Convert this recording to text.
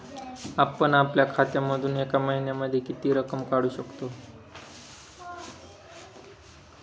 आपण आपल्या खात्यामधून एका महिन्यामधे किती रक्कम काढू शकतो?